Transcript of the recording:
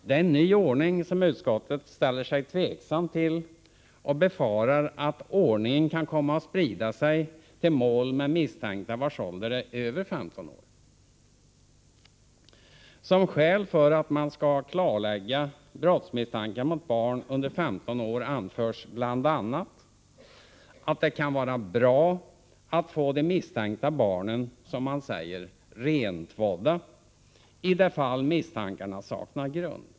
Det är en ny ordning som utskottet ställer sig tveksamt till. Utskottet befarar att ordningen kan komma att sprida sig till mål med misstänkta vilkas ålder överstiger 15 år. Som skäl för att man skall klarlägga brottsmisstankar mot barn under 15 år anförs bl.a. att det kan vara bra att få de misstänkta barnen ”rentvådda” i de fall misstankarna saknar grund.